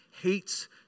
hates